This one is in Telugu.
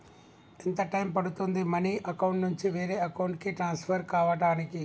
ఎంత టైం పడుతుంది మనీ అకౌంట్ నుంచి వేరే అకౌంట్ కి ట్రాన్స్ఫర్ కావటానికి?